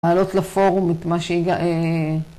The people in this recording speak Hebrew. ל‫עלות לפורום את מה ש...